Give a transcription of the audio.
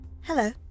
Hello